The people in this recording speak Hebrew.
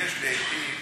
ויש לעתים